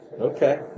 okay